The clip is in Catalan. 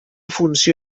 funció